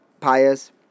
pious